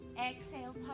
Exhale